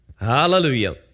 Hallelujah